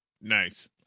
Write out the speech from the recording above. Nice